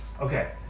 Okay